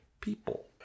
people